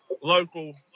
local